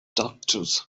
doctors